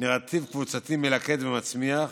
נרטיב קבוצתי מלכד ומצמיח,